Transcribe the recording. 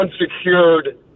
unsecured